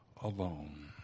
alone